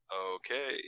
Okay